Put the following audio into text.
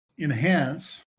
enhance